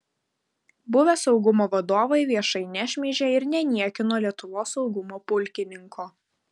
buvę saugumo vadovai viešai nešmeižė ir neniekino lietuvos saugumo pulkininko